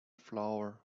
flower